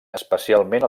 especialment